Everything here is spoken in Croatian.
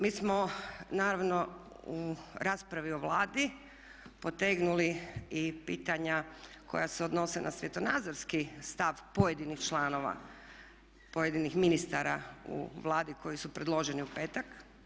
Mi smo naravno u raspravi o Vladi potegnuli i pitanja koja se odnose na svjetonazorski stav pojedinih članova, pojedinih ministara u Vladi koji su predloženi u petak.